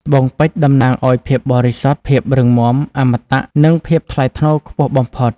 ត្បូងពេជ្រតំណាងឱ្យ ភាពបរិសុទ្ធ ភាពរឹងមាំ អមតៈ និងភាពថ្លៃថ្នូរខ្ពស់បំផុត។